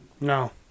no